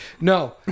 No